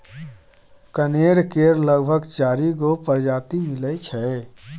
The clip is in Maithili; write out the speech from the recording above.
कनेर केर लगभग चारि गो परजाती मिलै छै